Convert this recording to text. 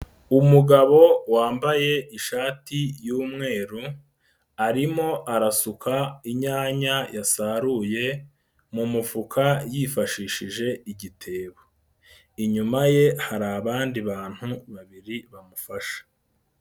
Umugabo wambaye ishati y'umweru, arimo arasuka inyanya yasaruye mu mufuka yifashishije igitebo. Inyuma ye hari abandi bantu babiri bamufasha.